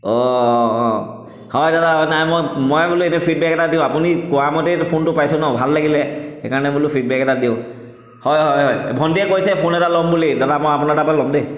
অঁ অঁ অঁ হয় দাদা নাই মই মই বোলো এনেই ফিডবেক এটা দিওঁ আপুনি কোৱা মতেই ফোনটো পাইছো ন ভাল লাগিলে সেইকাৰণে বোলো ফিডবেক এটা দিওঁ হয় হয় হয় ভণ্টিয়ে কৈছে ফোন এটা ল'ম বুলি দাদা মই আপোনাৰ তাৰপৰা ল'ম দেই